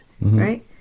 Right